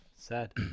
Sad